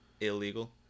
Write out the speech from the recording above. Illegal